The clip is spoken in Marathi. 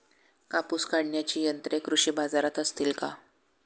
कापूस काढण्याची यंत्रे कृषी बाजारात असतील का?